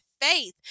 Faith